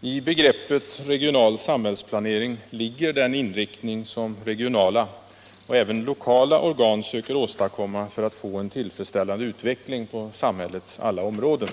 I begreppet regional samhällsplanering ligger den inriktning som regionala och även lokala organ söker åstadkomma för att få en tillfredsställande utveckling på samhällets alla områden.